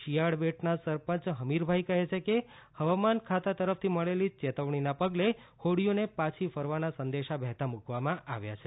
શિયાળ બેટના સરપંચ હમીરભાઈ કહે છે કે હવામાન ખાતા તરફથી મળેલી ચેતવણીના પગલે હોડીઓને પાછી ફરવાના સંદેશા વહેતા મૂકવામાં આવ્યા છે